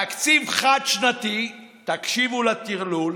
תקציב חד-שנתי, תקשיבו לטרלול,